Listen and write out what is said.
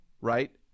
right